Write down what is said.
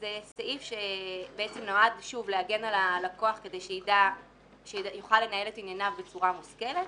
הוא סעיף שנועד להגן על הלקוח כדי שיוכל לנהל את ענייניו בצורה מושכלת.